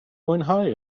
mwynhau